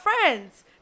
friends